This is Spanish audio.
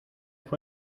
fue